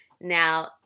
Now